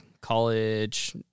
college